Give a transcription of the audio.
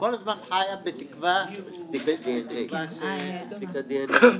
כל הזמן היא חיה בתקווה שהיא תגיע אלינו.